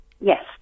yes